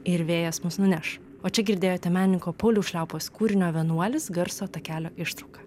ir vėjas mus nuneš o čia girdėjote menininko pauliaus šliaupos kūrinio vienuolis garso takelio ištrauką